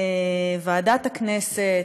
ועדת הכנסת,